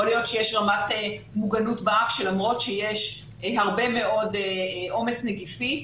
יכול להיות שיש רמת מוגנות באף ולמרות שיש הרבה מאוד עומק נגיפי,